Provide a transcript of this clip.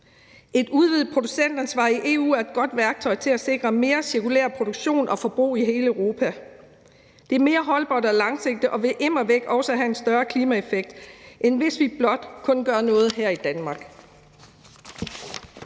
Et udvidet producentansvar i EU er et godt værktøj til at sikre mere cirkulær produktion og cirkulært forbrug i hele Europa. Det er mere holdbart og langsigtet og vil immer væk også have en større klimaeffekt, end hvis vi kun gør noget her i Danmark.